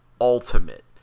Ultimate